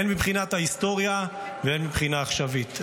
הן מבחינת ההיסטוריה והן מבחינה עכשווית.